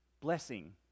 blessing